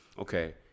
okay